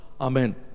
Amen